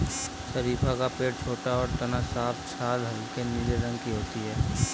शरीफ़ा का पेड़ छोटा और तना साफ छाल हल्के नीले रंग की होती है